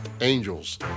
angels